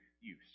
use